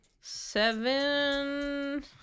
seven